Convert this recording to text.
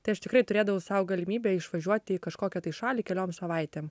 tai aš tikrai turėdavau sau galimybę išvažiuoti į kažkokią tai šalį keliom savaitėm